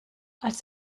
als